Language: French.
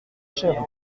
chéron